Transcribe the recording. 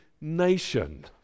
nation